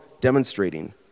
demonstrating